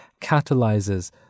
catalyzes